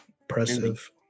impressive